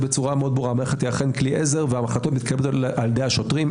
המערכת היא אכן כלי עזר וההחלטות מתקבלות על ידי השוטרים.